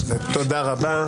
תודה רבה.